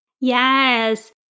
Yes